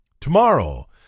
Tomorrow